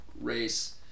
race